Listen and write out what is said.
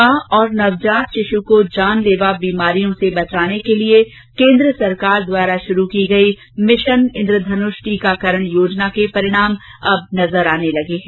मां और नवजात शिशु को जानलेवा बीमारियों से बचाने के लिए केन्द्र सरकार द्वारा शुरू की गई मिशन इंद्रधनुष टीकाकरण योजना के परिणाम अब नजर आने लगे हैं